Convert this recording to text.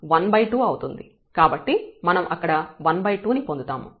కాబట్టి మనం అక్కడ 12 ని పొందుతాము